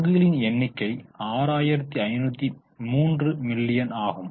பங்குகளின் எண்ணிக்கை 6503 மில்லியன் ஆகும்